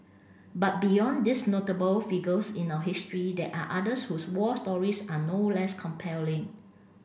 but beyond these notable figures in our history there are others whose war stories are no less compelling